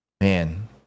man